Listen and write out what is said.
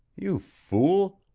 you fool!